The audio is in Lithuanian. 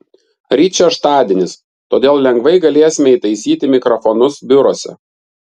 ryt šeštadienis todėl lengvai galėsime įtaisyti mikrofonus biuruose